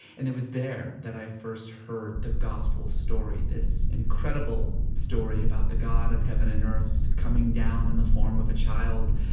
and it was there that i first heard the gospel story. this incredible story about the god of heaven and earth coming down in the form of a child,